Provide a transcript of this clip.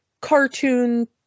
cartoon